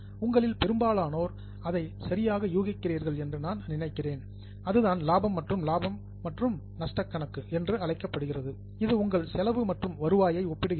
உங்களில் பெரும்பாலானோர் அதை சரியாக யூகிக்கிறீர்கள் என்று நான் நினைக்கிறேன் அதுதான் லாபம் மற்றும் நஷ்ட கணக்கு என்று அழைக்கப்படுகிறது இது உங்கள் செலவு மற்றும் வருவாயை ஒப்பிடுகிறது